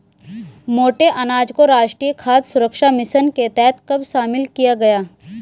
मोटे अनाज को राष्ट्रीय खाद्य सुरक्षा मिशन के तहत कब शामिल किया गया?